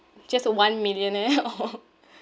just a one millionaire or